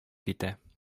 китә